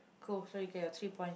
cool so you get your three point